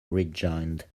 rejoined